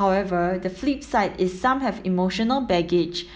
however the flip side is some have emotional baggage